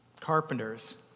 Carpenters